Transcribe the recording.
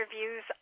interviews